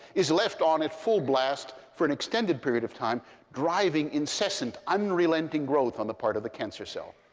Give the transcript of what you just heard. is left on at full blast for an extended period of time, driving incessant, unrelenting growth on the part of the cancer cell.